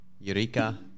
Eureka